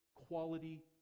quality